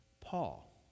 Paul